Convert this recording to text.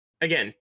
again